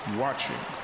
watching